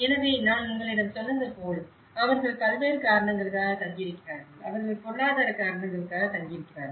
எனவே நான் உங்களிடம் சொன்னது போல அவர்கள் பல்வேறு காரணங்களுக்காக தங்கியிருக்கிறார்கள் அவர்கள் பொருளாதார காரணங்களுக்காக தங்கியிருக்கிறார்கள்